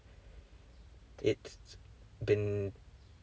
it's been